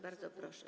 Bardzo proszę.